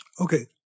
Okay